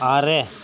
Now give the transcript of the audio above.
ᱟᱨᱮ